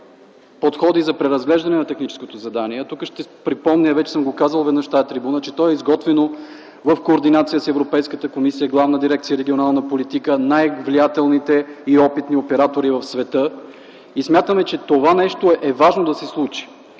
има подходи за преразглеждане на техническото задание. Тука ще припомня, вече съм го казвал веднъж от тази трибуна, че то е изготвено в координация с Европейската комисия и Главна дирекция „Регионална политика”, най-влиятелните и опитни оператори в света и смятаме, че това нещо е важно да се случи.